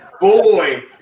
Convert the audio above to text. Boy